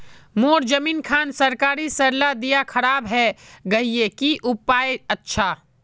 मोर जमीन खान सरकारी सरला दीया खराब है गहिये की उपाय अच्छा?